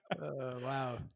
Wow